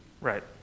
Right